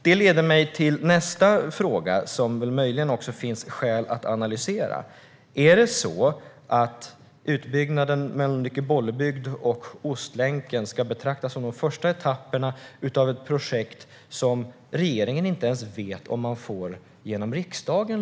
Det för mig vidare till nästa fråga, som det möjligen finns skäl att analysera. Ska utbyggnaderna Mölnlycke-Bollebygd och Ostlänken betraktas som de första etapperna av ett projekt som regeringen inte ens vet om den långsiktigt får igenom i riksdagen?